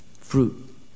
fruit